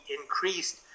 increased